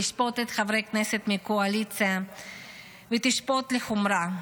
תשפוט את חברי כנסת מהקואליציה ותשפוט לחומרה.